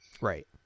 Right